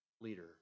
leader